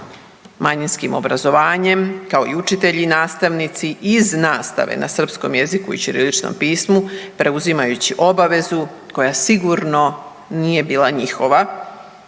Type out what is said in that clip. manjinskim obrazovanjem kao i učitelji i nastavnici iz nastave na srpskom jeziku i ćiriličnom pismu preuzimajući obavezu koja sigurno nije bila njihova,